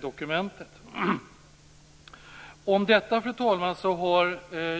dokumentet.